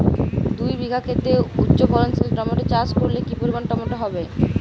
দুই বিঘা খেতে উচ্চফলনশীল টমেটো চাষ করলে কি পরিমাণ টমেটো হবে?